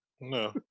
No